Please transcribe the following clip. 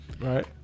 Right